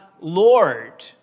Lord